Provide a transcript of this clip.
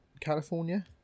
California